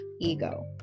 ego